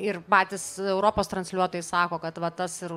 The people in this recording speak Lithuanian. ir patys europos transliuotojai sako kad va tas ir